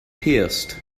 pierced